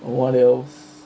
what else